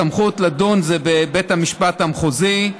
הסמכות לדון היא בבית המשפט המחוזי,